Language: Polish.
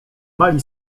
mali